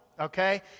Okay